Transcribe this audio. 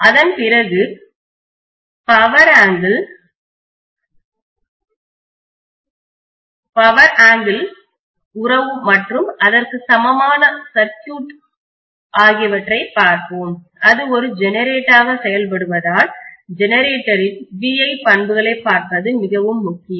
அதன்பிறகு நாம் பவர்சக்தி ஆங்கிள்கோண உறவு மற்றும் அதற்கு சமமான சர்க்யூட்சுற்று ஆகியவற்றைப் பார்ப்போம் அது ஒரு ஜெனரேட்டராக செயல்படுவதால் ஜெனரேட்டரின் VI பண்புகளைப் பார்ப்பது மிகவும் முக்கியம்